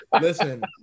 Listen